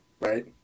right